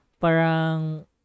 Parang